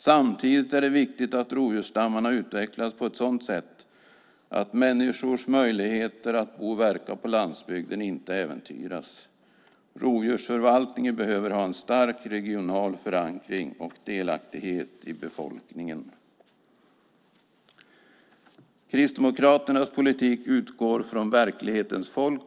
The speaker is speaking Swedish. Samtidigt är det viktigt att rovdjursstammarna utvecklas på ett sådant sätt att människors möjligheter att bo och verka på landsbygden inte äventyras. Rovdjursförvaltningen behöver ha en stark regional förankring och delaktighet hos befolkningen. Kristdemokraternas politik utgår från verklighetens folk.